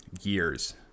years